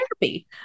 therapy